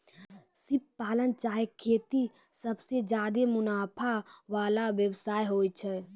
सिप पालन चाहे खेती सबसें ज्यादे मुनाफा वला व्यवसाय होय छै